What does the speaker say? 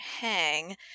hang